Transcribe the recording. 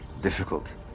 difficult